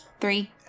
Three